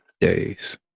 days